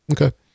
okay